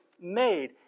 made